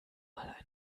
mal